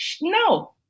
No